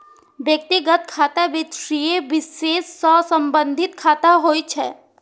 व्यक्तिगत खाता व्यक्ति विशेष सं संबंधित खाता होइ छै